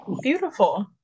beautiful